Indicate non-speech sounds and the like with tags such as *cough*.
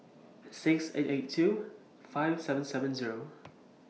*noise* six eight eight two five seven seven Zero